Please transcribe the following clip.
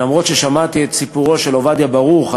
ואף-על-פי ששמעתי את סיפורו של עובדיה ברוך,